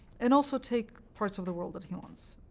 and also take parts of the world that he wants,